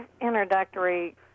introductory